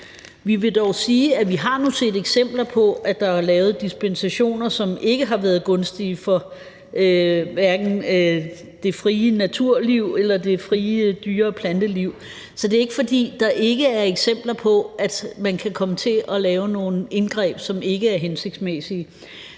Vi vil dog sige, at vi har set eksempler på, at der er lavet dispensationer, som ikke har været gunstige for hverken det frie naturliv eller det frie dyre- og planteliv. Så det er ikke, fordi der ikke er eksempler på, at man kan komme til at lave nogle indgreb, som ikke er hensigtsmæssige.